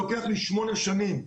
לוקח לי שמונה שנים.